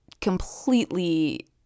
completely